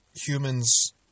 humans